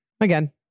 again